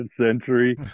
century